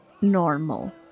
normal